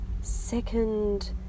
second